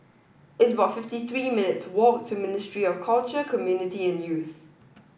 it's about fifty three minutes' walk to Ministry of Culture Community and Youth